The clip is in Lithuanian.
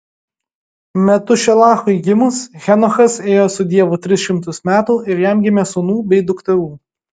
metušelachui gimus henochas ėjo su dievu tris šimtus metų ir jam gimė sūnų bei dukterų